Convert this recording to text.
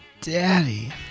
Daddy